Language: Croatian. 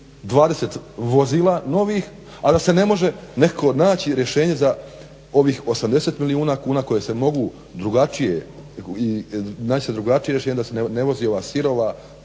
1720 vozila novih, a da se ne može nekako naći rješenje za ovih 80 milijuna kuna koje se mogu drugačije i naći se drugačije rješenje da se ne vozi ova sirova,